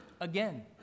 again